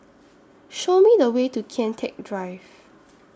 Show Me The Way to Kian Teck Drive